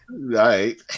Right